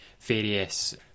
various